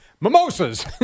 Mimosas